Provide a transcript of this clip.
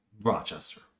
rochester